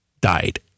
died